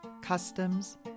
customs